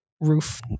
roof